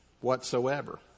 whatsoever